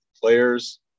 players